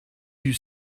you